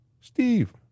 Steve